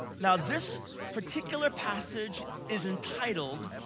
now this particular passage is entitled,